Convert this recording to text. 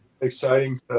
exciting